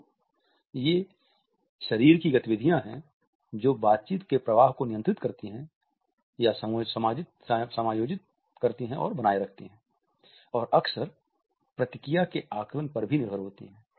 तो ये शरीर की गतिविधियां हैं जो बातचीत के प्रवाह को नियंत्रित समायोजित और बनाए रखती हैं और अक्सर प्रतिक्रिया के आकलन पर निर्भर होती हैं